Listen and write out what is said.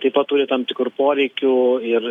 taip pat turi tam tikrų poreikių ir